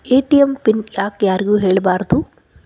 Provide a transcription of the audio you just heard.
ATM pin ಯಾಕ್ ಯಾರಿಗೂ ಹೇಳಬಾರದು?